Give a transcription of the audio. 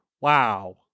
Wow